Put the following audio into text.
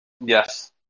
Yes